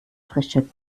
frischer